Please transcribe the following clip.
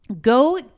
Go